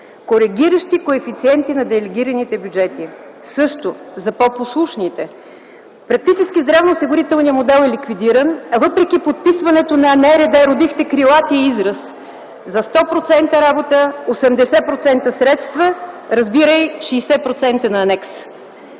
Коригиращи коефициенти на делегираните бюджети – също, за по-послушните! Практически здравноосигурителният модел е ликвидиран, въпреки подписването на Националния рамков договор родихте крилатия израз за 100% работа – 80% средства, разбирай 60% на анекс.